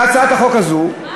בהצעת החוק הזו,